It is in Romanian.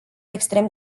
extrem